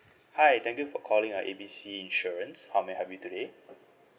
hi thank you for calling uh A B C insurance how may I help you today